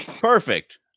Perfect